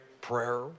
prayer